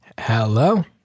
Hello